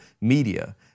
media